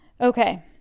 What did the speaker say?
okay